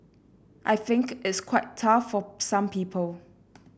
I think it's quite tough for some people